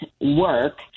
work